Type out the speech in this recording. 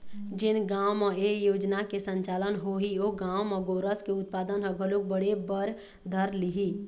जेन गाँव म ए योजना के संचालन होही ओ गाँव म गोरस के उत्पादन ह घलोक बढ़े बर धर लिही